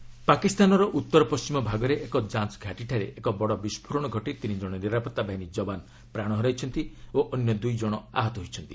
Pak blast ପାକିସ୍ତାନର ଉତ୍ତରପଣ୍ଟିମ ଭାଗରେ ଏକ ଯାଞ୍ଚ ଘାଟିଠାରେ ଏକ ବଡ଼ ବିସ୍ଫୋରଣ ଘଟି ତିନି କଣ ନିରାପତ୍ତା ବାହିନୀ ଯବାନ ପ୍ରାଣ ହରାଇଛନ୍ତି ଓ ଅନ୍ୟ ଦୁଇ ଜଣ ଆହତ ହୋଇଛନ୍ତି